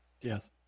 Yes